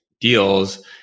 deals